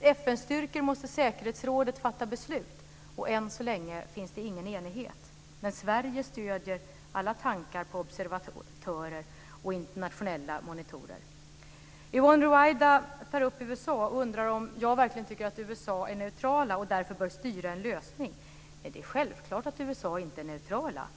FN-styrkor måste säkerhetsrådet fatta beslut om, och än så länge finns det ingen enighet. Sverige stöder dock alla tankar på observatörer och internationella monitorer. Yvonne Ruwaida tar upp USA och undrar om jag verkligen tycker att USA är neutrala och därför bör styra en lösning. Det är självklart att USA inte är neutrala.